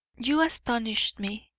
you astonish me,